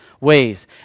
ways